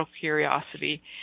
curiosity